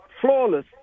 flawless